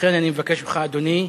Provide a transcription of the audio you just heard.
לכן אני מבקש ממך, אדוני,